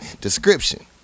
description